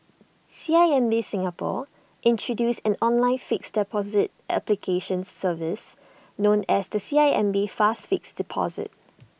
C I M B Singapore has introduced an online fixed deposit application service known as the C I M B fast fixed deposit